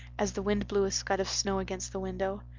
as the wind blew a scud of snow against the window.